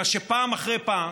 אלא שפעם אחרי פעם,